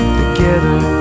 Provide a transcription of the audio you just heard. together